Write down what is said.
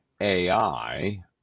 ai